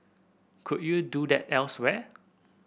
could you do that elsewhere